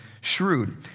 shrewd